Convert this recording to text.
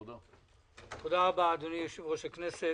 תודה רבה, אדוני יושב-ראש הכנסת.